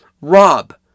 Rob